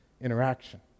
interaction